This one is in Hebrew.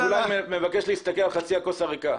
התכלית היחידה לכבילה,